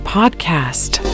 podcast